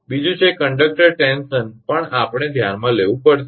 બીજું છે conductor tension પણ આપણે ધ્યાનમાં લેવું જોઈએ